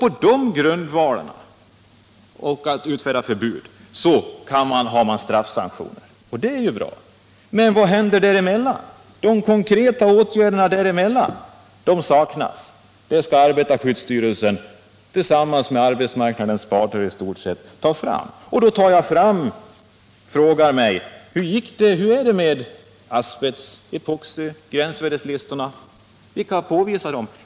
På de grunderna kan man sedan gå till straffsanktioner. Det är ju bra. Men vad händer däremellan? De konkreta åtgärderna däremellan saknas. Dem skall arbetarskyddsstyrelsen och arbetsmarknadens parter i stort sett ordna med. Och då frågar jag: Hur gick det med t.ex. gränsvärdena för epoxiprodukter?